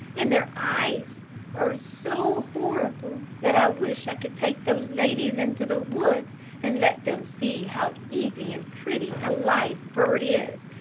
and their eyes are so horrible that i wish i could take those ladies into the woods and let them see how easy and pretty a live bird is,